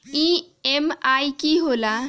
EMI की होला?